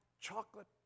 chocolate